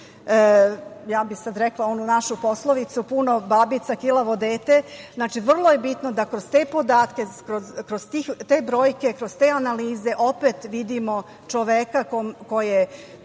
Ja bih sada rekla onu našu poslovicu – puno babica, kilavo dete. Znači, vrlo je bitno da kroz te podatke, kroz te brojke, kroz te analize opet vidimo čoveka koji